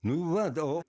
nu vat o